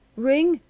ring?